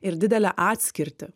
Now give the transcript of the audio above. ir didelę atskirtį